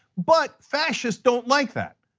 but fascists don't like that,